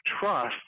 trust